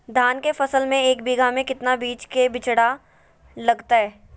धान के फसल में एक बीघा में कितना बीज के बिचड़ा लगतय?